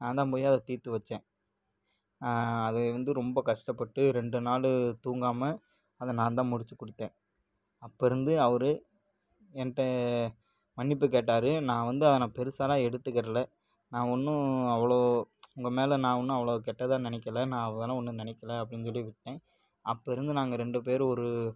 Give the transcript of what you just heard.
நான் தான் போய் அதை தீத்து வச்சேன் அது வந்து ரொம்ப கஷ்டப்பட்டு ரெண்டு நாலு தூங்காமல் அதை நான் தான் முடிச்சு கொடுத்தேன் அப்போருந்து அவரு என்கிட்ட மன்னிப்பு கேட்டாரு நான் வந்து அதை நான் பெருசாலாம் எடுத்துக்கிறல நான் ஒன்னும் அவ்வளோ உங்கள் மேலே நான் ஒன்னும் அவ்வளோ கெட்டதாக நினைக்கல நான் அதெல்லாம் ஒன்னும் நினைக்கல அப்படின்னு சொல்லி விட்டேன் அப்போருந்து நாங்கள் ரெண்டு பேரும் ஒரு